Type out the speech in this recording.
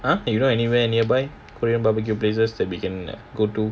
!huh! you know anywhere nearby korean barbecue places that we can go to